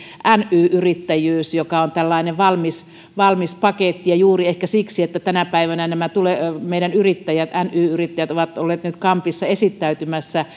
ny yrittäjyys joka on tällainen valmis valmis paketti juuri ehkä siksi että tänä päivänä nämä meidän ny yrittäjät ovat olleet kampissa esittäytymässä